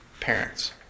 parents